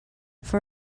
for